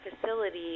facility